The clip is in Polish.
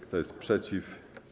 Kto jest przeciw?